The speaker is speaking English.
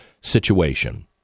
situation